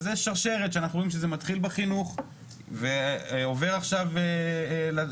וזה שרשרת שאנחנו רואים שזה מתחיל בחינוך ועובר עכשיו לצה"ל,